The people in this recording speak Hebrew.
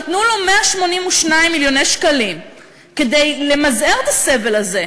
נתנו לו 182 מיליוני שקלים כדי למזער את הסבל הזה,